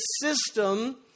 system